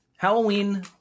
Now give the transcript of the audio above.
Halloween